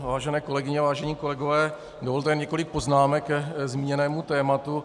Vážené kolegyně, vážení kolegové, dovolte jen několik poznámek ke zmíněnému tématu.